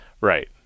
Right